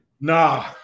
Nah